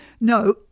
No